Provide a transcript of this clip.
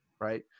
right